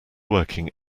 working